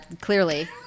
Clearly